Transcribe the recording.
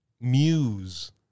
muse